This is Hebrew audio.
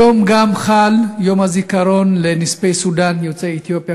היום גם חל יום הזיכרון לנספי סודאן יוצאי אתיופיה,